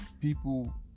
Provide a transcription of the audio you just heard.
People